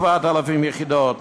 7,000 יחידות,